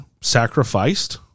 sacrificed